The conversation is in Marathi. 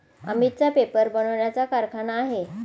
अमितचा पेपर बनवण्याचा कारखाना आहे